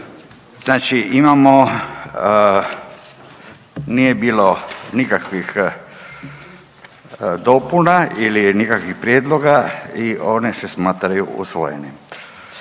Znači imamo, nije bilo nikakvih dopuna ili nikakvih prijedloga i one se smatraju usvojene.